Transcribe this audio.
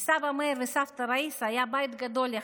לסבא מאיר וסבתא ראיסה היה בית גדול יחסית,